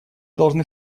должны